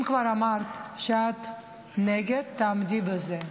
אם כבר אמרת שאת נגד, תעמדי בזה.